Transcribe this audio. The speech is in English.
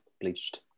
bleached